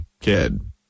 kid